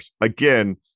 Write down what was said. Again